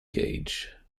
gage